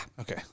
Okay